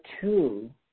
two